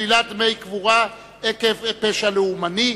שלילת דמי קבורה עקב פשע לאומני).